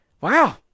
wow